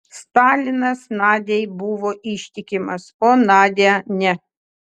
stalinas nadiai buvo ištikimas o nadia ne